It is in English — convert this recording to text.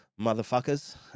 motherfuckers